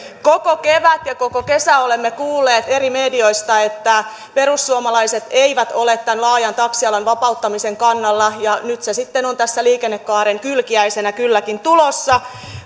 koko kevään ja koko kesän olemme kuulleet eri medioista että perussuomalaiset eivät ole tämän laajan taksialan vapauttamisen kannalla ja nyt se sitten on tässä liikennekaaren kylkiäisenä kylläkin tulossa